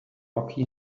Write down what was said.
rocky